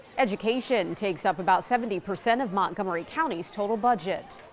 education takes up about seventy percent of montgomery county's total budget.